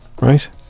right